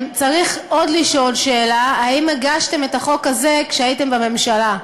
צריך עוד לשאול שאלה: האם הגשתם את החוק הזה כשהייתם בממשלה?